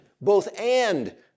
both-and